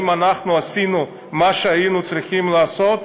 האם אנחנו עשינו מה שהיינו צריכים לעשות?